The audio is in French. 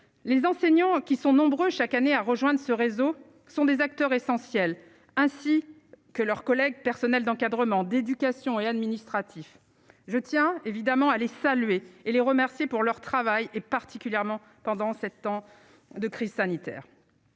les enseignants qui sont nombreux chaque année à rejoindre ce réseau sont des acteurs essentiels ainsi que leurs collègues, personnels d'encadrement, d'éducation et administratifs je tiens évidemment à les saluer et les remercier pour leur travail, et particulièrement pendant 7 ans de crise sanitaire